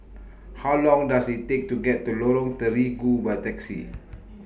How Long Does IT Take to get to Lorong Terigu By Taxi